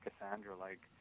Cassandra-like